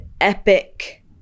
epic